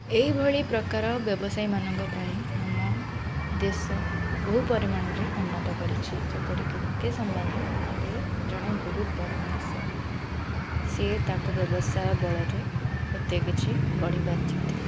ଏହିଭଳି ପ୍ରକାର ବ୍ୟବସାୟୀମାନଙ୍କ ପାଇଁ ଆମ ଦେଶ ବହୁ ପରିମାଣରେ ଉନ୍ନତ କରିଛି ଯେପରିକି ମୁକେଶ୍ ଅମ୍ବାନୀ ଏବେ ଜଣେ ବହୁତ ବଡ଼ ମଣିଷ ସେ ତାଙ୍କ ବ୍ୟବସାୟ ବଳରେ ଏତେ କିଛି ଗଢ଼ିପାରିଛନ୍ତି